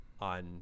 on